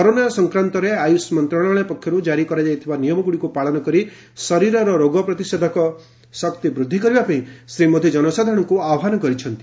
corona ସଂକ୍ରାନ୍ତରେ ଆୟୁଷ ମନ୍ତ୍ରଣାଳୟ ପକ୍ଷର୍ କାରି କରାଯାଇଥିବା ନିୟମଗୁଡ଼ିକୁ ପାଳନ କରି ଶରୀରର ରୋଗ ପ୍ରତିରୋଧକ ଶକ୍ତି ବୃଦ୍ଧି କରିବାପାଇଁ ଶ୍ରୀ ମୋଦି ଜନସାଧାରଣଙ୍କ ଆହ୍ୱାନ କରିଛନ୍ତି